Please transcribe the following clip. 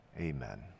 Amen